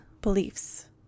beliefs